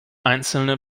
einzelne